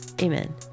amen